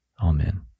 Amen